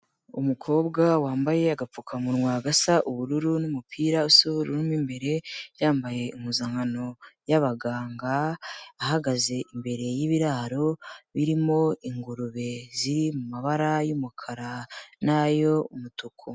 Umukobwa wambaye agapfukamunwa gasa ubururu, n'umupira usa ubururu mo imbere, yambaye impuzankano y'abaganga, ahagaze imbere y'ibiraro birimo ingurube, ziri mu mabara y'umukara nay'umutuku.